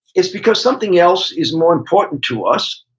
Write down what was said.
it's because something else is more important to us,